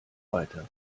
weiter